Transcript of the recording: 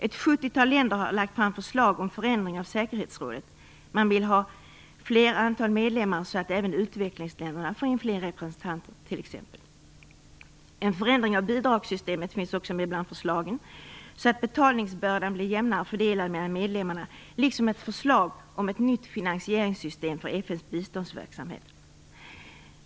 Ett sjuttiotal länder har lagt fram förslag om förändring av säkerhetsrådet. De vill ha ett större antal medlemmar, så att t.ex. även utvecklingsländerna får in fler representanter. En förändring av bidragssystemet finns också med bland förslagen, så att betalningsbördan blir jämnare fördelad mellan medlemmarna, liksom ett förslag om ett nytt finansieringssystem för FN:s biståndsverksamhet.